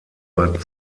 bad